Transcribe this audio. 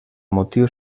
motiu